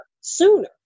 sooner